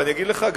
אני אגיד לך,